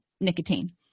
nicotine